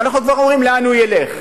ואנחנו כבר אומרים לאן הוא ילך.